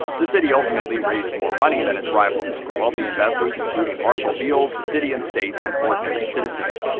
the city ultimately raised more money than its rivals, from wealthy investors including marshall field, the city and state, and ordinary citizens.